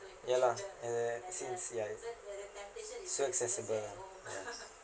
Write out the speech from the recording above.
ya lah and uh since ya it's so insensible lah